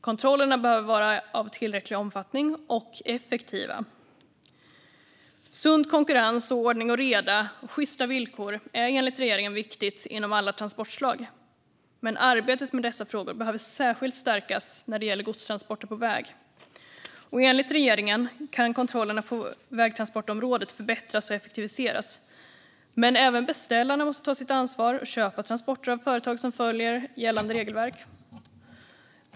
Kontrollerna behöver vara tillräckligt omfattande och effektiva. Sund konkurrens, ordning och reda och sjysta villkor är enligt regeringen viktigt inom alla trafikslag, men arbetet med dessa frågor behöver stärkas särskilt när det gäller godstransporter på väg. Enligt regeringen kan kontrollerna på vägtransportområdet förbättras och effektiviseras, men även beställarna måste ta sitt ansvar och köpa transporter av företag som följer gällande regelverk.